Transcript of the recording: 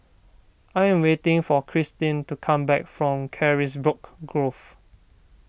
I am waiting for Christene to come back from Carisbrooke Grove